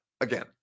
again